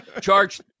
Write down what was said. charge